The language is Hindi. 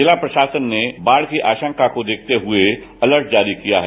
जिला प्रशासन ने बाढ़ की आशंका को देखते हुए अलर्ट जारी किया है